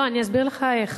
לא, אני אסביר לך איך.